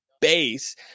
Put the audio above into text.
base